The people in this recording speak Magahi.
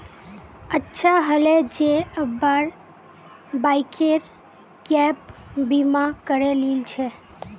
अच्छा हले जे अब्बार बाइकेर गैप बीमा करे लिल छिले